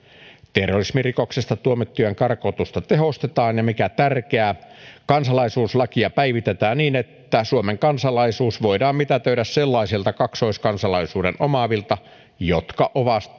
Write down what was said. terrorismirikoksesta tuomittujen karkotusta tehostetaan ja mikä tärkeää kansalaisuuslakia päivitetään niin että suomen kansalaisuus voidaan mitätöidä sellaisilta kaksoiskansalaisuuden omaavilta jotka ovat